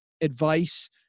advice